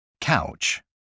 Couch